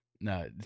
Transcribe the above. No